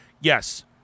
Yes